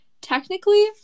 technically